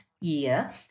year